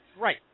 Right